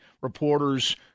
reporters